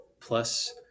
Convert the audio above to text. plus